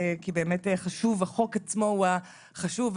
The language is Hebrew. כי החוק עצמו הוא מה שחשוב,